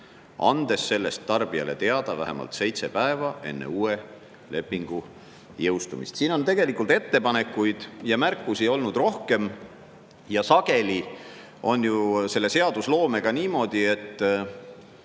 andes sellest tarbijale teada vähemalt seitse päeva enne uue lepingu jõustumist." Siin on tegelikult ettepanekuid ja märkusi rohkem. Sageli on selle seadusloomega ju niimoodi, et